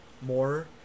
more